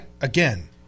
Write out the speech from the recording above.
again